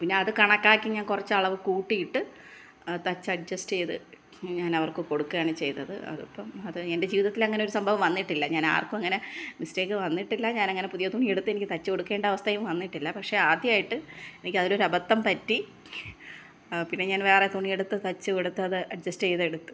പിന്നെ അത് കണക്കാക്കി ഞാൻ കുറച്ച് അളവ് കൂട്ടിയിട്ട് അത് തയ്ച്ച് അഡ്ജസ്റ്റ് ചെയ്ത് ഞാൻ അവർക്ക് കൊടുക്കുകയാണ് ചെയ്തത് അത് അപ്പം അത് എൻ്റെ ജീവിതത്തിൽ അങ്ങനെ ഒരു സംഭവം വന്നിട്ടില്ല ഞാൻ ആർക്കും അങ്ങനെ മിസ്റ്റേക്ക് വന്നിട്ടില്ലാ ഞാനങ്ങനെ പുതിയ തുണിയെടുത്ത് എനിക്ക് തയ്ച്ച് കൊടുക്കേണ്ട അവസ്ഥയും വന്നിട്ടില്ല പക്ഷേ ആദ്യമായിട്ട് എനിക്ക് അതിലൊരു അബദ്ധം പറ്റി പിന്നെ ഞാൻ വേറെ തുണിയെടുത്ത് തയ്ച്ച് കൊടുത്ത് അത് അഡ്ജസ്റ്റ് ചെയ്തെടുത്തു